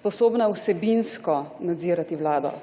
sposobna vsebinsko nadzirati Vlado.